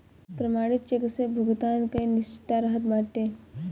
प्रमाणित चेक से भुगतान कअ निश्चितता रहत बाटे